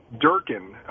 Durkin